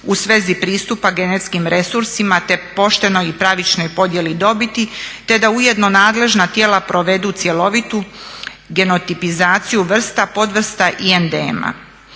u svezi pristupa genetskim resursima te poštenoj i pravičnoj dobiti te da ujedno nadležna tijela provedu cjelovitu genotipizaciju vrsta, podvrsta i